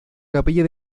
capilla